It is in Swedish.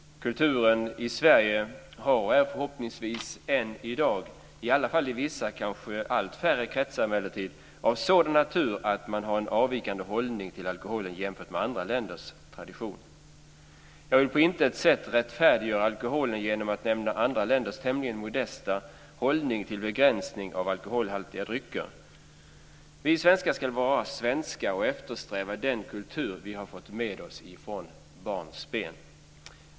Kulturen i Sverige har varit och är förhoppningsvis än i dag, i alla fall i vissa kretsar - emellertid kanske i allt mindre kretsar - av sådan natur att man har en avvikande hållning till alkoholen jämfört med andra länders tradition. Jag vill på intet sätt rättfärdiga alkoholen genom att nämna andra länders tämligen modesta hållning till begränsning av alkoholhaltiga drycker. Vi svenskar ska vara svenska och eftersträva den kultur vi har fått med oss från barnsben.